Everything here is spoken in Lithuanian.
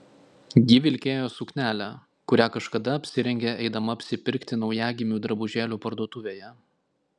ji vilkėjo suknelę kurią kažkada apsirengė eidama apsipirkti naujagimių drabužėlių parduotuvėje